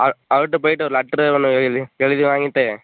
அவரு அவருட்ட போயிவிட்டு ஒரு லெட்ரு ஒன்று எழுதி வாங்கிவிட்டு